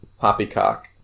Poppycock